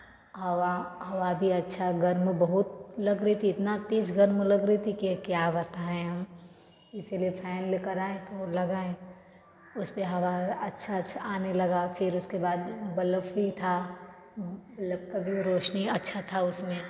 हवा हवा भी अच्छा गर्म बहुत लग रही थी इतना तेज गर्म लग रही थी कि क्या बताएँ हम इसीलिए फैन कराए तो लगाए उस पर हवा अच्छा अच्छा आने लगा फिर उसके बाद रौशनी अच्छा था उसमें